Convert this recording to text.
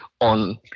on